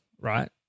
right